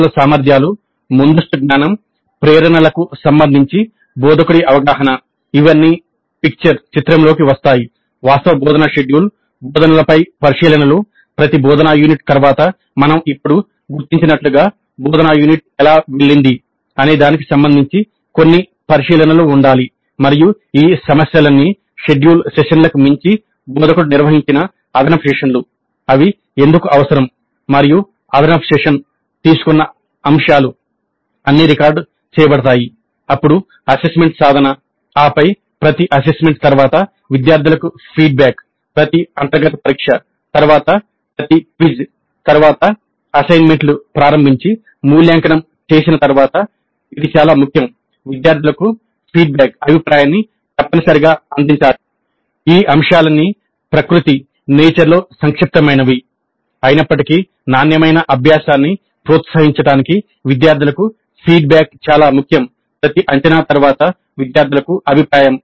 విద్యార్థుల సామర్థ్యాలు ముందస్తు జ్ఞానం ప్రేరణలకు సంబంధించి బోధకుడి అవగాహన ఇవన్నీ చిత్రం అభిప్రాయాన్ని తప్పనిసరిగా అందించాలి